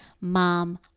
mom